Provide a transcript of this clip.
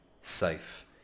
safe